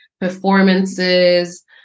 performances